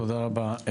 תודה רבה.